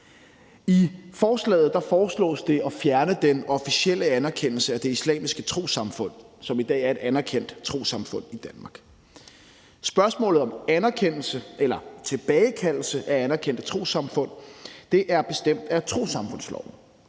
I forslaget foreslås det at fjerne den officielle anerkendelse af Det Islamiske Trossamfund, som i dag er et anerkendt trossamfund i Danmark. Spørgsmålet om anerkendelse eller tilbagekaldelse af anerkendte trossamfund er bestemt af trossamfundsloven.